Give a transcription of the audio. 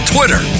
Twitter